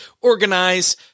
organize